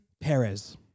Perez